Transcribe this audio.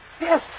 Yes